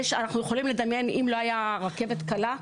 אנחנו יכולים לדמיין מצב שלא היה רכבת קלה?